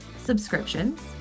subscriptions